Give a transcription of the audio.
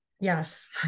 Yes